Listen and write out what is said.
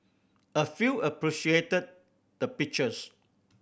a few appreciated the pictures